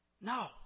No